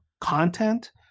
content